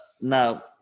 now